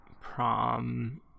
prom